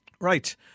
Right